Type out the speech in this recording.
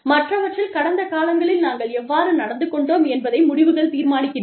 மற்றவற்றில் கடந்த காலங்களில் நாங்கள் எவ்வாறு நடந்து கொண்டோம் என்பதை முடிவுகள் தீர்மானிக்கின்றன